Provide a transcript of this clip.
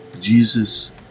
Jesus